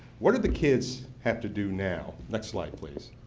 what do the kids have to do now? next slide please.